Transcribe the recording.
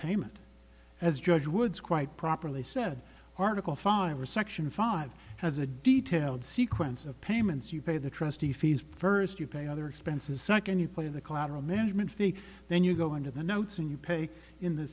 payment as judge woods quite properly said article five or section five has a detailed sequence of payments you pay the trustee fees first you pay other expenses second you play the collateral management fee then you go into the notes and you pay in the